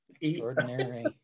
Extraordinary